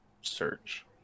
search